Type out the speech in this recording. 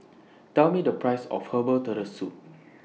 Tell Me The priceS of Herbal Turtle Soup